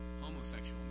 homosexual